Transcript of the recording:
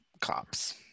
cops